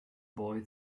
boy